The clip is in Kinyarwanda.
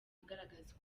agaragaza